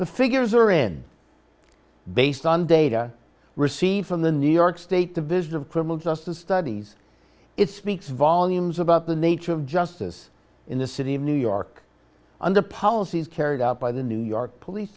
the figures are in based on data received from the new york state division of criminal justice studies it speaks volumes about the nature of justice in the city of new york and the policies carried out by the new york police